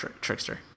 trickster